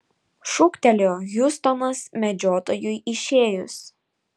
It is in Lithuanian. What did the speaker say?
šūktelėjo hiustonas medžiotojui išėjus